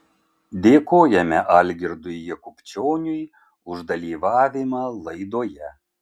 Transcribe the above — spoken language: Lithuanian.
dėkojame algirdui jakubčioniui už dalyvavimą laidoje